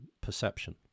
perception